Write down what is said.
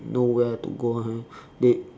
nowhere to go eh they